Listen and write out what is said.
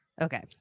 Okay